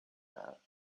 that